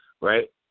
right